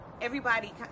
everybody